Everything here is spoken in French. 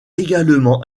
également